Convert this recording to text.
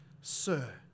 Sir